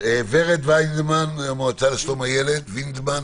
ורד וינדמן, המועצה לשלום הילד, בבקשה.